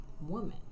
woman